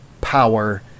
power